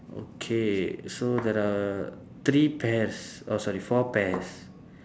okay so there are three pears oh sorry four pears